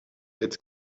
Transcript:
its